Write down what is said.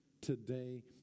today